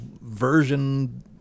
version